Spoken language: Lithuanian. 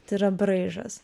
tai yra braižas